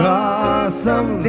awesome